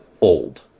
old